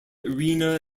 arena